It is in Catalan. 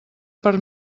per